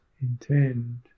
Intend